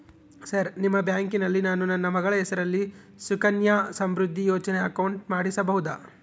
Sir ನಿಮ್ಮ ಬ್ಯಾಂಕಿನಲ್ಲಿ ನಾನು ನನ್ನ ಮಗಳ ಹೆಸರಲ್ಲಿ ಸುಕನ್ಯಾ ಸಮೃದ್ಧಿ ಯೋಜನೆ ಅಕೌಂಟ್ ಮಾಡಿಸಬಹುದಾ?